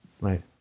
Right